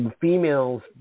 females